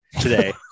today